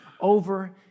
over